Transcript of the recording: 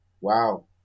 Wow